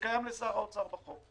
שקיים לשר האוצר בחוק,